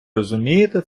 розумієте